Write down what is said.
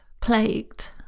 plagued